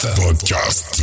Podcast